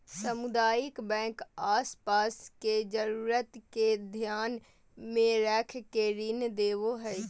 सामुदायिक बैंक आस पास के जरूरत के ध्यान मे रख के ऋण देवो हय